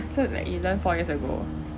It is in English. so that you learn four years ago